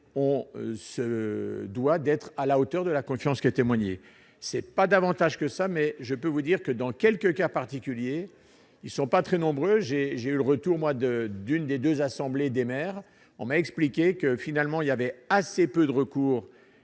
on se doit d'être à la hauteur de la confiance que témoigner c'est pas davantage que ça, mais je peux vous dire que dans quelques cas particuliers, ils sont pas très nombreuses, j'ai, j'ai eu le retour mois de d'une des 2 assemblées des maires, on m'a expliqué que finalement il y avait assez peu de recours